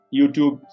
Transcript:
YouTube